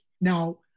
Now